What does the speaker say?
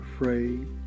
afraid